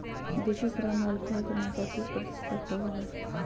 देसी शराब में एल्कोहल के मात्रा तीस प्रतिशत तक होबो हइ